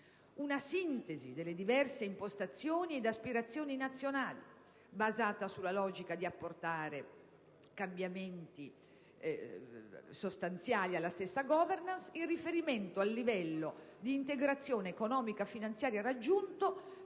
una sintesi delle diverse impostazioni ed aspirazioni nazionali, basata sulla logica di apportare cambiamenti sostanziali alla stessa *governance* in riferimento al livello di integrazione economico-finanziaria raggiunta,